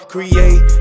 Create